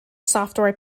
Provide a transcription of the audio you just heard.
software